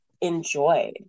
enjoy